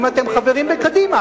אם אתם חברים בקדימה,